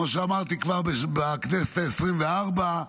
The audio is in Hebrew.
כמו שאמרתי, כבר בכנסת העשרים-וארבע.